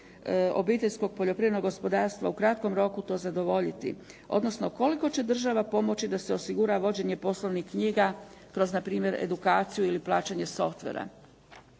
obiteljskog poljoprivrednog gospodarstva u kratkom roku to zadovoljiti, odnosno koliko će država pomoći da se osigura vođenje poslovnih knjiga kroz npr. edukaciju ili plaćanje softwarea.